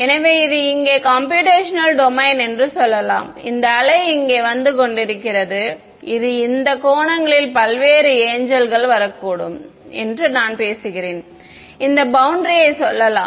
எனவே இது இங்கே என் கம்ப்யூடேஷனல் டொமைன் என்று சொல்லலாம் இந்த அலை இங்கே வந்து கொண்டிருக்கிறது இது இந்த கோணங்களில் பல்வேறு ஏன்ஜெல்ஸ் வரக்கூடும் நான் பேசுகிறேன் இந்த பௌண்டரியை சொல்லலாம்